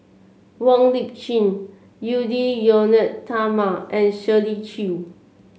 Wong Lip Chin Edwy Lyonet Talma and Shirley Chew